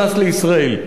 אדוני היושב-ראש,